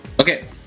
Okay